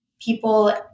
people